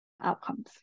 outcomes